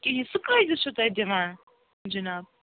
کِہیٖنٛۍ سُہ کۭتِس چھُو تۅہہِ دِوان جِناب